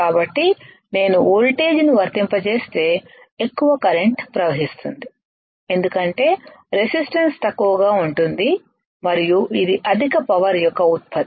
కాబట్టి నేను వోల్టేజ్ను వర్తింపజేస్తే ఎక్కువ కరెంట్ ప్రవహిస్తుంది ఎందుకంటే రెసిస్టెన్స్ తక్కువగా ఉంటుంది మరియు ఇది అధిక పవర్ యొక్క ఉత్పత్తి